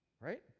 right